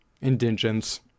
indigence